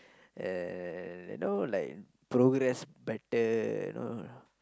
and you know like progress better you know